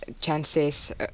chances